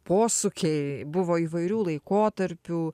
posūkiai buvo įvairių laikotarpių